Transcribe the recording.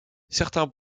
certains